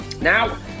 Now